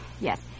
Yes